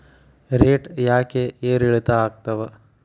Rate ಯಾಕೆ ಏರಿಳಿತ ಆಗ್ತಾವ?